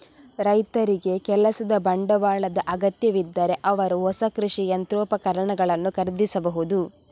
ರೈತರಿಗೆ ಕೆಲಸದ ಬಂಡವಾಳದ ಅಗತ್ಯವಿದ್ದರೆ ಅವರು ಹೊಸ ಕೃಷಿ ಯಂತ್ರೋಪಕರಣಗಳನ್ನು ಖರೀದಿಸಬಹುದು